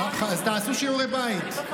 אה, אז תעשו שיעורי בית.